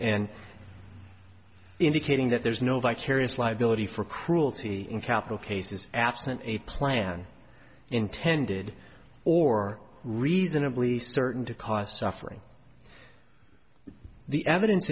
and indicating that there's no vicarious liability for cruelty in capital cases absent a plan intended or reasonably certain to cause suffering the evidence